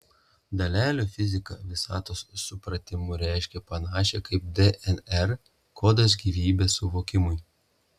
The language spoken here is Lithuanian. dalelių fizika visatos supratimui reiškia panašiai kaip dnr kodas gyvybės suvokimui